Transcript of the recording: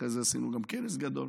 אחרי זה גם עשינו כנס גדול.